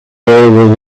with